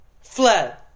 Fled